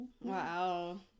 Wow